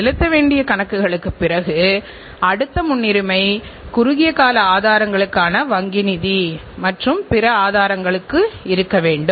இன்று இந்தியாவில் நமக்கு பல்வேறு பன்னாட்டு நிறுவனங்கள் இரண்டு சக்கர வாகனங்களை அளிக்கின்றன